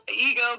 ego